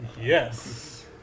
Yes